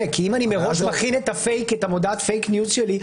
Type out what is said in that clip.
מראש מכין את מודעת הפייק ניוז שלי,